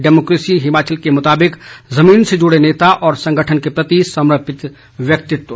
democracy Himachal के मुताबिक जमीन से जड़े नेता और संगठन के प्रति समर्पित व्यक्तित्व